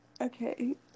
Okay